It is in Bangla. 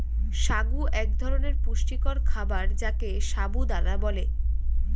সাগু এক ধরনের পুষ্টিকর খাবার যাকে সাবু দানা বলে